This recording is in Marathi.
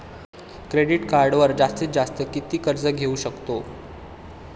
क्रेडिट कार्डवर जास्तीत जास्त किती कर्ज घेऊ शकतो?